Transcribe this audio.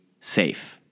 safe